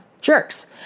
jerks